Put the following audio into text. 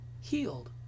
healed